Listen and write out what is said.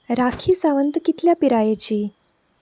राखी सावंत कितल्या पिरायेची